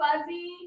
fuzzy